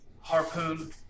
Harpoon